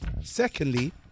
Secondly